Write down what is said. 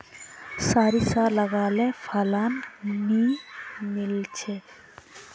सारिसा लगाले फलान नि मीलचे?